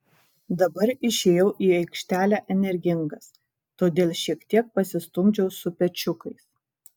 dabar išėjau į aikštelę energingas todėl šiek tiek pasistumdžiau su pečiukais